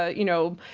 ah you know,